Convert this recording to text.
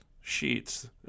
sheets